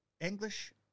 English